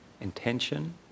intention